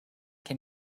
can